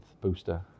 booster